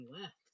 left